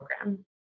program